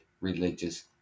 religious